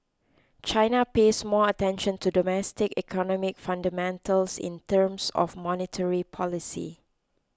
China pays more attention to domestic economic fundamentals in terms of monetary policy